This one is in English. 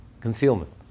concealment